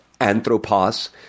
Anthropos